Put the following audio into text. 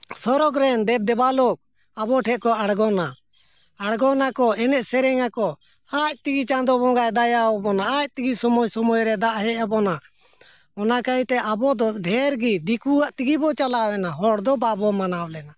ᱥᱚᱨᱚᱜᱽ ᱨᱮᱱ ᱫᱮᱵᱽᱫᱮᱵᱟᱞᱳᱠ ᱟᱵᱚ ᱴᱷᱮᱱ ᱠᱚ ᱟᱬᱜᱚᱱᱟ ᱟᱬᱜᱚᱱᱟᱠᱚ ᱮᱱᱮᱡ ᱥᱮᱨᱮᱧ ᱟᱠᱚ ᱟᱡ ᱛᱮᱜᱮ ᱪᱟᱸᱫᱚ ᱵᱚᱸᱜᱟᱭ ᱫᱟᱭᱟ ᱣᱟᱵᱚᱱᱟ ᱟᱡ ᱛᱮᱜᱮ ᱥᱚᱢᱚᱭ ᱥᱚᱢᱚᱭ ᱨᱮ ᱫᱟᱜ ᱦᱮᱡ ᱟᱵᱚᱱᱟ ᱚᱱᱟ ᱠᱟᱭᱛᱮ ᱟᱵᱚ ᱫᱚ ᱰᱷᱮᱨ ᱜᱮ ᱫᱤᱠᱩᱣᱟᱜ ᱛᱮᱜᱮ ᱵᱚᱱ ᱪᱟᱞᱟᱣ ᱮᱱᱟ ᱦᱚᱲ ᱫᱚ ᱵᱟᱵᱚᱱ ᱢᱟᱱᱟᱣ ᱞᱮᱱᱟ